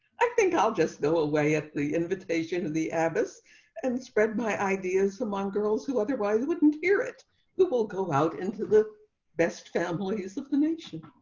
i think i'll just go away at the invitation of the abbess and spread by ideas among girls who otherwise wouldn't hear it will go out into the best families of the nation.